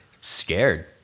scared